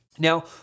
Now